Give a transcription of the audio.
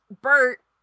Bert